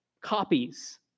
copies